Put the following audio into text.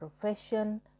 profession